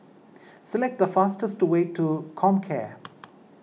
select the fastest way to Comcare